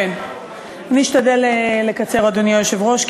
אני אשתדל לקצר, אדוני היושב-ראש.